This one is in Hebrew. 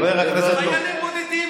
אלה חיילים בודדים.